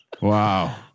Wow